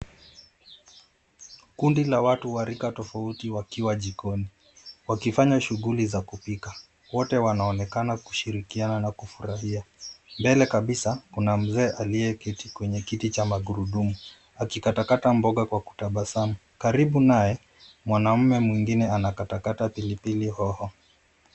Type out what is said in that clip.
Kundi la watu wa rika tofauti wakiwa jikoni, wakifanya shughuli za kupika. Wote wanaonekana kushirikiana na kufurahia. Mbele kabisa, kuna mzee aliyeketi kwenye kiti cha magurudumu, akikata kata mboga kwa kutabasamu. Karibu naye, mwanaume mwingine anakatakata pilipili hoho.